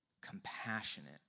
compassionate